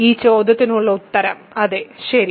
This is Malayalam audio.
ഈ ചോദ്യത്തിനുള്ള ഉത്തരം അതെ ശരി